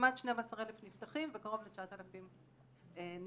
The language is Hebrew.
כמעט 12,000 נפתחים וקרוב ל-9000 נסגרים.